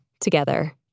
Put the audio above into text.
together